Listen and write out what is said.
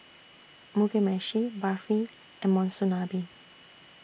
Mugi Meshi Barfi and Monsunabe